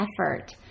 effort